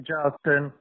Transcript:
Justin